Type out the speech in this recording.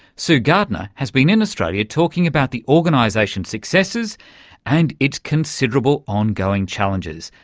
sue gardner has been in australia talking about the organisation's successes and its considerable ongoing challenges.